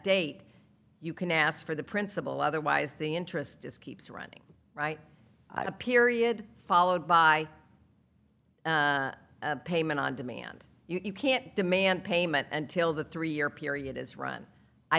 date you can ask for the principal otherwise the interest is keeps running right a period followed by payment on demand you can't demand payment until the three year period is run i